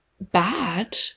bad